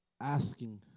Asking